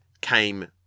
came